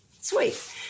Sweet